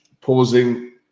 pausing